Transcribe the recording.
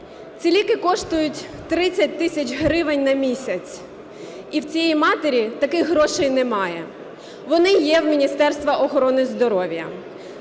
Ці ліки коштують 30 тисяч гривень на місяць і в цієї матері таких грошей немає, вони є в Міністерства охорони здоров'я.